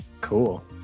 Cool